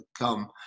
come